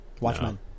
Watchmen